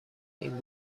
این